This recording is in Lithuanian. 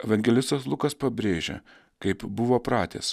evangelistas lukas pabrėžė kaip buvo pratęs